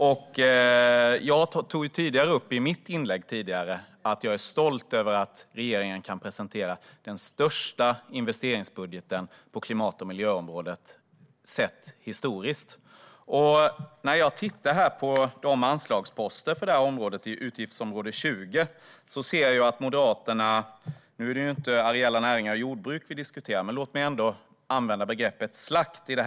I mitt anförande tog jag upp att jag är stolt över att regeringen kan presentera den historiskt sett största investeringsbudgeten på klimat och miljöområdet. När jag tittar på anslagsposterna för utgiftsområde 20 ser jag att Moderaterna ägnar sig åt slakt - vi diskuterar visserligen inte areella näringar och jordbruk, men låt mig ändå använda det begreppet i sammanhanget.